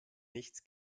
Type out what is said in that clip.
nichts